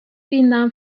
binden